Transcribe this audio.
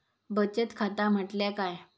बचत खाता म्हटल्या काय?